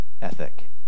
ethic